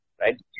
right